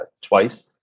twice